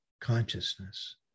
consciousness